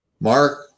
Mark